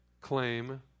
claim